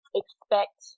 expect